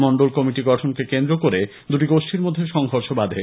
Mondal committee গঠনকে কেন্দ্র করে দুটি গোষ্ঠীর মধ্যে সংঘর্ষ বাধে